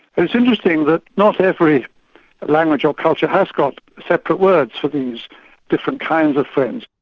it's interesting that not every language or culture has got separate words for these different kinds of friends.